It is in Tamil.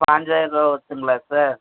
பாஞ்சாயிரம் ருபா வருதுங்களா சார்